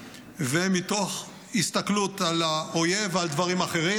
ומתוך הסתכלות על האויב ועל דברים אחרים.